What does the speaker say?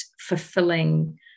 fulfilling